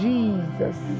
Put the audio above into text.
Jesus